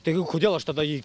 taigi kodėl aš tada jį